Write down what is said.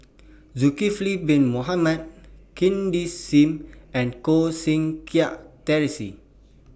Zulkifli Bin Mohamed Cindy SIM and Koh Seng Kiat Terence